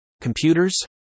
Computers